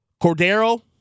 Cordero